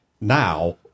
now